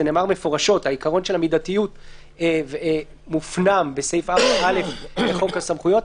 זה נאמר מפורשות ועיקרון המידתיות מופנם בסעיף 4(א) לחוק הסמכויות.